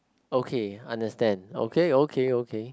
okay understand okay okay okay